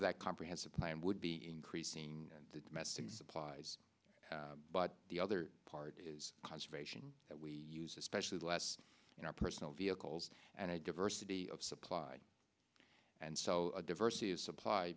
of that comprehensive plan would be increasing the domestic supplies but the other part is conservation that we use especially less in our personal vehicles and a diversity of supply and so a diversity of supply